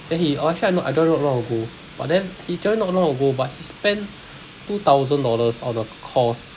then he oh actually I not I joined not long ago but then he join not long ago but he spend two thousand dollars on a course